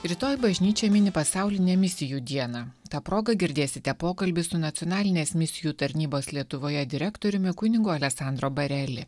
rytoj bažnyčia mini pasaulinę misijų dieną ta proga girdėsite pokalbį su nacionalinės misijų tarnybos lietuvoje direktoriumi kunigo alesandro bareli